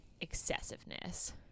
Excessiveness